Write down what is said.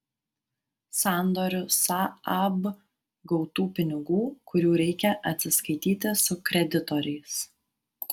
sandoriu saab gautų pinigų kurių reikia atsiskaityti su kreditoriais